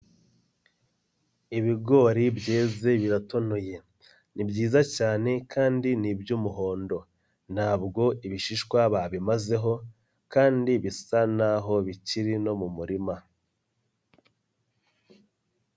Ibigori byeze biratonoye. Ni byiza cyane kandi ni iby'umuhondo. Ntabwo ibishishwa babimazeho, kandi bisa n'aho bikiri no mu murima.